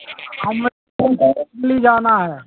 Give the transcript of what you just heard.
ہمیں دلی جانا ہے